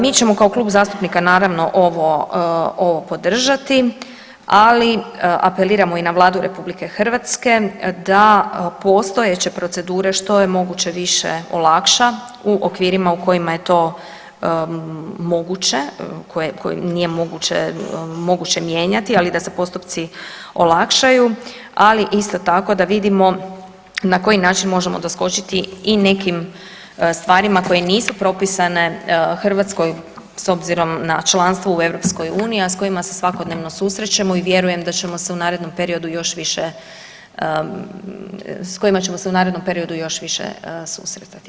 Mi ćemo kao klub zastupnika naravno ovo podržati, ali apeliramo i na Vladu RH da postojeće procedure što je moguće više olakša u okvirima u kojima je to moguće, koje nije moguće mijenjati, ali da se postupci olakšaju, ali isto tako da vidimo na koji način možemo doskočiti i nekim stvarima koje nisu propisane Hrvatskoj s obzirom na članstvo u EU, a s kojima s svakodnevno susrećemo i vjerujemo da ćemo se u narednom periodu još više s kojima ćemo se u narednom periodu još više susretati.